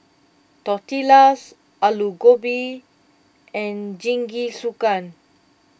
Tortillas Alu Gobi and Jingisukan